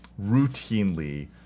routinely